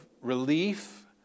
relief